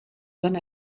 than